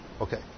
Okay